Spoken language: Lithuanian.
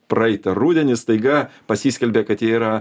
praeitą rudenį staiga pasiskelbė kad jie yra